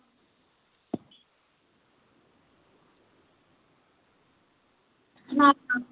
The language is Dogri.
हां